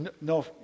no